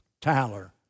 Tyler